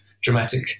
dramatic